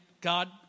God